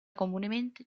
comunemente